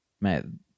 man